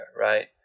right